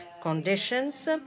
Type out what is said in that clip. conditions